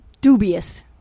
dubious